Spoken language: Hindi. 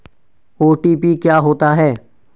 ओ.टी.पी क्या होता है?